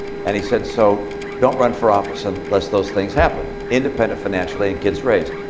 and he said, so don't run for office unless those things happen independent financially and kids raised.